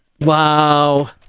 Wow